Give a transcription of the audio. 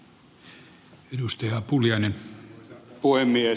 arvoisa puhemies